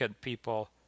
people